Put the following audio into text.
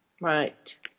Right